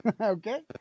Okay